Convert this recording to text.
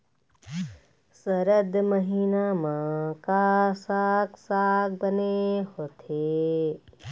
सरद महीना म का साक साग बने होथे?